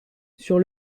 sur